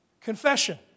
Confession